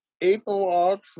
April